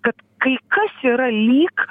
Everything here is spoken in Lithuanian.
kad kai kas yra lyg